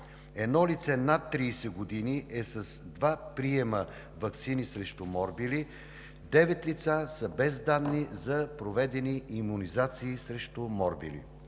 едно лице над 30 години е с два приема ваксини срещу морбили; девет лица са без данни за проведени имунизации срещу морбили.